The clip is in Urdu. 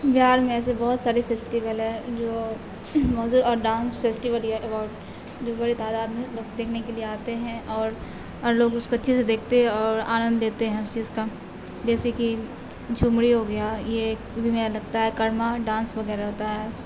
بہار میں ایسے بہت سارے فیسٹیول ہیں جو موجود اور ڈانس فیسٹیول جو بڑے تعداد میں لوگ دیکھنے کے لیے آتے ہیں اور اور لوگ اس کو اچھے سے دیکھتے ہیں اور آنند لیتے ہیں اس چیز کا جیسے کہ جھمڑی ہو گیا یہ بھی میں لگتا ہے کرما ڈانس وغیرہ ہوتا ہے